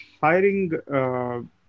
hiring